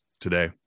today